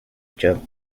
job